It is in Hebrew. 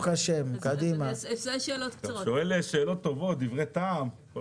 אתה שואל שאלות טובות, דברי טעם.